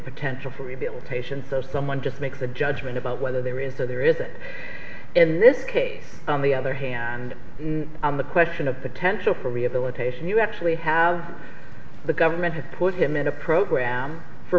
potential for rehabilitation so someone just makes a judgment about whether there is a there is it in this case on the other hand and on the question of potential for rehabilitation you actually have the government has put him in a program for